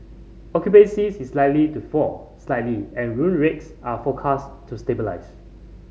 occupancy is likely to fall slightly and room rates are forecast to stabilise